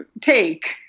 take